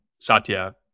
Satya